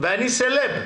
ואני סלב.